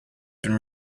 been